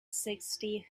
sixty